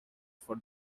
for